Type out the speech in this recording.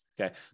Okay